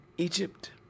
Egypt